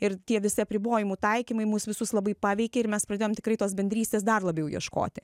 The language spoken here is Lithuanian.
ir tie visi apribojimų taikymai mus visus labai paveikė ir mes pradėjom tikrai tos bendrystės dar labiau ieškoti